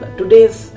today's